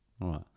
right